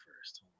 first